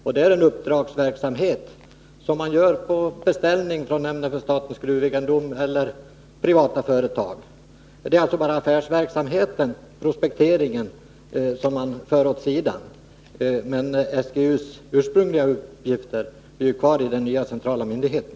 Det är en uppdragsverksamhet som man utför på beställning av nämnden för statens gruvegendom eller åt privata företag. Det är alltså bara affärsverksamheten, prospekteringen, som förs åt sidan. SGU:s ursprungliga uppgifter ligger ju kvar i den centrala myndigheten.